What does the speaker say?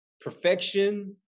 perfection